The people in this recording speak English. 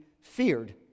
feared